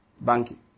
Banking